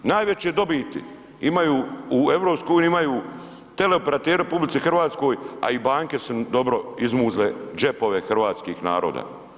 Najveće dobiti imaju u EU imaju teleoperateri u RH, a i banke su dobro izmuzle džepove hrvatskih naroda.